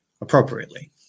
appropriately